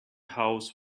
house